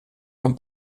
man